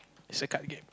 it's a card game